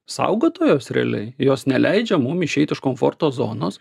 saugotojos realiai jos neleidžia mum išeit iš komforto zonos